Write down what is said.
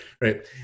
right